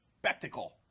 spectacle